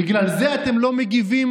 בגלל זה אתם לא מגיבים,